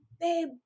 babe